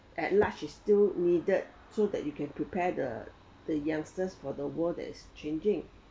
at large it's still needed so that you can prepare the the youngsters for the world that is changing